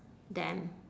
them